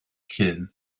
llyn